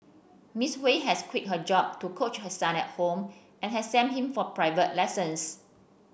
Miss Hui has quit her job to coach her son at home and has sent him for private lessons